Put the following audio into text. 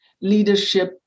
leadership